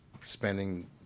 spending